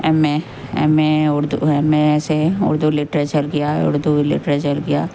M A M A Urdu M A سے Urdu literature کیا Urdu literature کیا